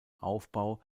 aufbau